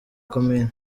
komini